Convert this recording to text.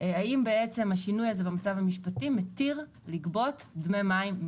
האם השינוי הזה במצב המשפטי מתיר לגבות דמי מים,